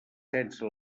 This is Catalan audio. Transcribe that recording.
sense